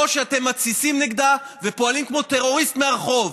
או שאתם מתסיסים נגדה ופועלים כמו טרוריסט מהרחוב.